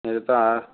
এ তা